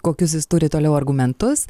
kokius jis turi toliau argumentus